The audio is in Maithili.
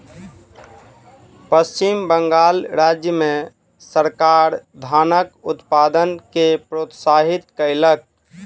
पश्चिम बंगाल राज्य मे सरकार धानक उत्पादन के प्रोत्साहित कयलक